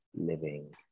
living